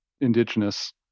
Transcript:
indigenous